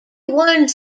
warns